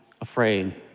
afraid